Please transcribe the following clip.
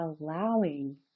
allowing